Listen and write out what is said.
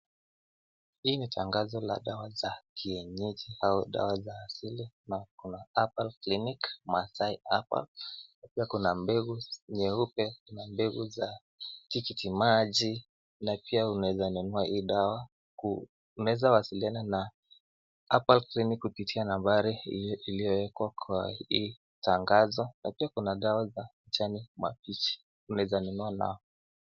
Hii ni tangazo la dawa za kienyeji au dawa za asili na kuna Herbal clinic, MASAI HERBAL na pia kuna mbegu nyeupe, kuna mbegu za tikiti maji, na pia unaeza nunua hii dawa, unaweza wasiliana na Herbal clinic kupitia nambari iliyowekwa kwa hii tangazo na pia kuna dawa za kijani mabichi unaeza nunua nao.